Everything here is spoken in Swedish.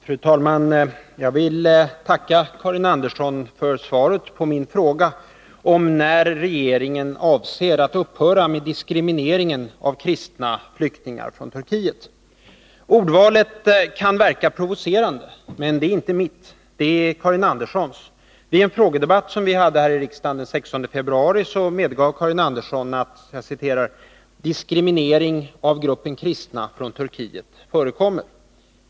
Fru talman! Jag vill tacka statsrådet Karin Andersson för svaret på min fråga om när regeringen avser att upphöra med diskrimineringen av kristna flyktingar från Turkiet. Ordvalet kan verka provocerande, men det är inte mitt. Det är Karin Anderssons. Vid en frågedebatt som vi hade i riksdagen den 16 februari i år medgav Karin Andersson att ”diskriminering av gruppen kristna från Turkiet förekommer”.